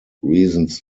reasons